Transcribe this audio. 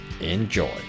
Enjoy